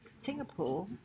Singapore